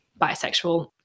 bisexual